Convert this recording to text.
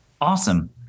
Awesome